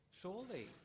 surely